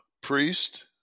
Priest